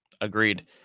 Agreed